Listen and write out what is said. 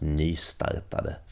nystartade